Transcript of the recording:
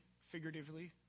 figuratively